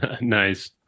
nice